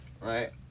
right